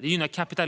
Det skulle vara fråga